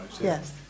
Yes